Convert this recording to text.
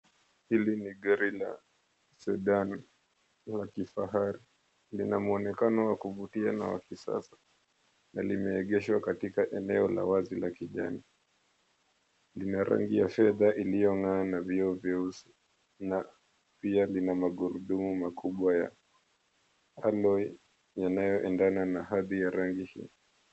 Hili ni gari la kifahari lina muonekano wa kuvutia na wa kisasa na limeegeshwa katika eneo wazi na kijani. Linaloingia sukaa iliyong'aa na vioo vyeusi na pia lina magurudumu makubwa ya alloy yanayoendana na ardhii ya rangi hiyo.